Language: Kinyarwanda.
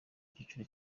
kiciro